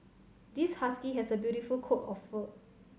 this husky has a beautiful coat of fur